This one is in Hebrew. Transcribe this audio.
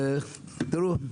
תראו,